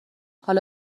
حالا